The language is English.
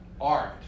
art